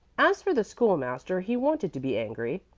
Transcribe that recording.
as for the school-master, he wanted to be angry,